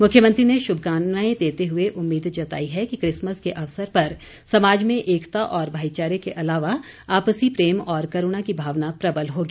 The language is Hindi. मुख्यमंत्री ने शुभकामनाएं देते हुए उम्मीद जताई है कि क्रिसमस के अवसर पर समाज में एकता और भाईचारे के अलावा आपसी प्रेम और करूणा की भावना प्रबल होगी